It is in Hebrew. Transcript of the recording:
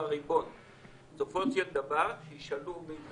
אם משהו לא